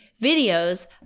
videos